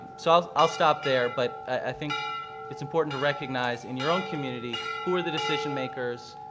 so i'll i'll stop there. but i think it's important to recognize in your own community who are the decision makers,